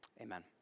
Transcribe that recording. Amen